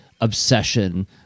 obsession